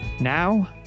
Now